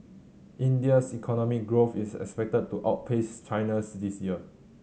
India's economic growth is expected to outpace China's this year